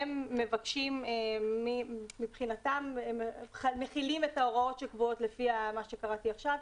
הם מבחינתם מחילים את ההוראות שקבועות לפי מה שקראתי עכשיו,